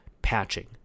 patching